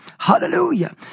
hallelujah